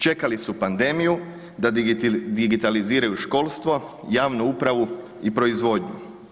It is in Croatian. Čekali su pandemiju da digitaliziraju školstvo, javnu upravu i proizvodnju.